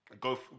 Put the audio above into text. go